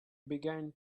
began